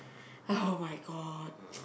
oh-my-god